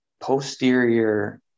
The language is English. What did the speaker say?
posterior